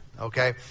Okay